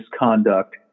misconduct